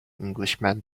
englishman